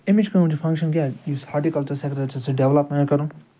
اَمِچ کٲم چھِ فنٛگشن کیٛاہ یُس ہارٹیکلچر سیٚکٹر چھُ سُہ ڈیولپمٮ۪نٹ کَرُن